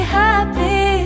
happy